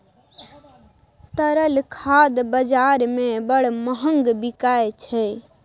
तरल खाद बजार मे बड़ महग बिकाय छै